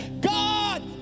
God